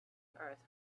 earth